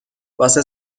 واسه